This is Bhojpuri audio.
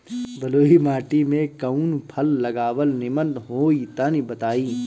बलुई माटी में कउन फल लगावल निमन होई तनि बताई?